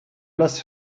place